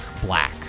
black